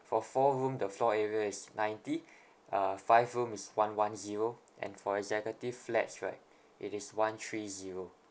for four room the floor area is ninety uh five room is one one zero and for executive flats right it is one three zero